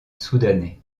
soudanais